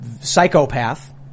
psychopath